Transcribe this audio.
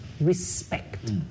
respect